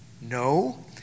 No